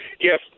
Yes